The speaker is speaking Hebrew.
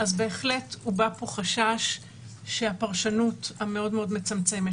אז בהחלט הובע פה חשש שהפרשנות המאוד מאוד מצמצמת